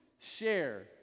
share